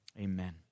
Amen